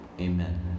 Amen